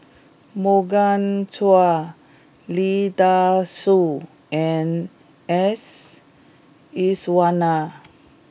Morgan Chua Lee Dai Soh and S Iswaran